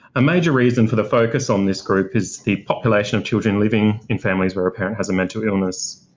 a major reason for the focus on this group is the population of children living in families where a parent has a mental illness.